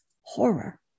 horror